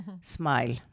Smile